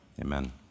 Amen